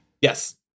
yes